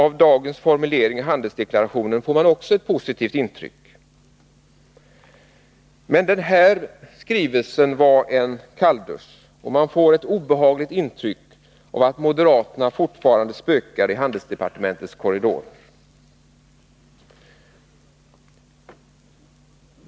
Av dagens formulering i handelsdeklarationen får man också ett positivt intryck. Men den här skrivelsen var en kalldusch, och man får ett obehagligt intryck att moderaterna fortfarande spökar i handelsdepartementets korridorer.